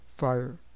Fire